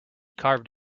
carved